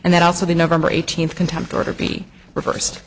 and then also the never eighteenth contempt order be reversed